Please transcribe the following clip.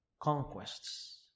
conquests